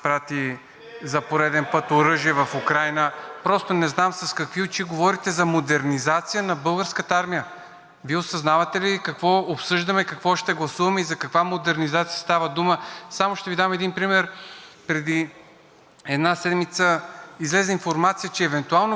Вие осъзнавате ли какво обсъждаме, какво ще гласуваме и за каква модернизация става дума? Само ще Ви дам един пример: преди седмица излезе информация, че евентуално Германия ще даде някаква компенсация на България – военна техника. Да Ви кажа ли какво заявиха от немското